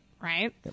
Right